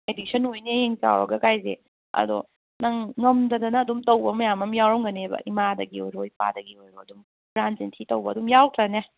addiction ꯑꯣꯏꯅꯤ ꯍꯌꯦꯡ ꯆꯥꯎꯔꯒ ꯀꯥꯏꯁꯦ ꯑꯗꯣ ꯅꯪ ꯉꯝꯗꯗꯅ ꯑꯗꯨꯝ ꯇꯧꯕ ꯃꯌꯥꯝ ꯑꯃ ꯌꯥꯎꯔꯝꯒꯅꯦꯕ ꯏꯃꯥꯗꯒꯤ ꯑꯣꯏꯔꯣ ꯏꯄꯥꯗꯒꯤ ꯑꯣꯏꯔꯣ ꯑꯗꯨꯝ ꯍꯨꯔꯥꯟ ꯆꯤꯟꯊꯤ ꯇꯧꯕ ꯑꯗꯨꯝ ꯌꯥꯎꯗ꯭ꯔꯅꯦ